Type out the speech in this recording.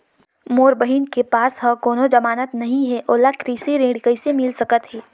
मोर बहिन के पास ह कोनो जमानत नहीं हे, ओला कृषि ऋण किसे मिल सकत हे?